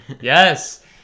Yes